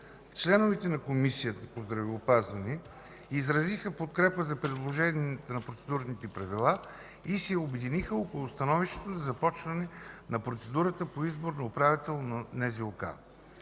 членовете на Комисията по здравеопазването изразиха подкрепа за предложените процедурни правила и се обединиха около становището за започване на процедурата по избор на управител на